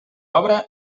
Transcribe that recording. obra